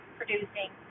producing